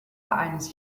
eines